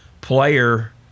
player